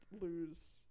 lose